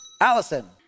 Allison